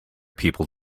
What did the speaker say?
people